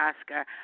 Oscar